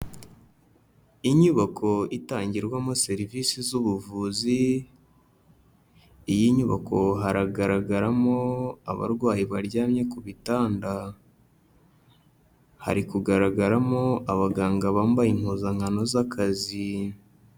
Inyubako itangirwamo serivisi z'ubuvuzi, iyi nyubako haragaragaramo abarwayi baryamye ku bitanda, hari kugaragaramo abaganga bambaye impuzankano z'akazi.